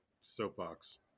soapbox